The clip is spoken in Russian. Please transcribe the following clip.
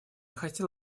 хотел